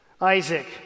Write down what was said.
Isaac